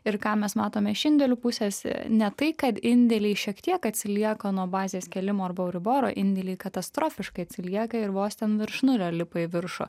ir ką mes matome iš indėlių pusės ne tai kad indėliai šiek tiek atsilieka nuo bazės kėlimo arba euriboro indėliai katastrofiškai atsilieka ir vos ten virš nulio lipa į viršų